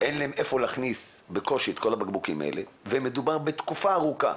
אין להן היכן להכניס את כל הבקבוקים האלה ומדובר בתקופה ארוכה.